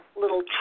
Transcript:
little